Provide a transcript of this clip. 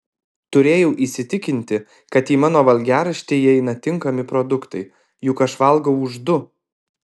turėjau įsitikinti kad į mano valgiaraštį įeina tinkami produktai juk aš valgau už du